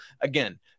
Again